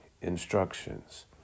instructions